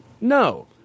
No